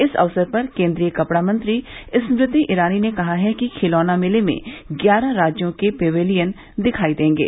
इस अवसर पर केंद्रीय कपड़ा मंत्री स्मृति ईरानी ने कहा कि खिलौना मेले में ग्यारह राज्यों के पेवेलियन दिखाई देंगे